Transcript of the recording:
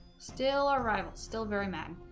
still our rivals still very men